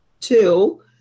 two